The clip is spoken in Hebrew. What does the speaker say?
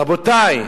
רבותי,